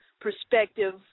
perspective